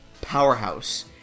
powerhouse